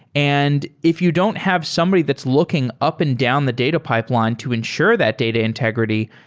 and if you don't have somebody that's looking up and down the data pipeline to ensure that data integrity,